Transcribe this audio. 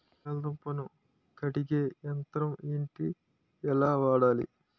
బంగాళదుంప ను కడిగే యంత్రం ఏంటి? ఎలా వాడాలి?